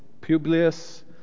Publius